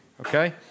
Okay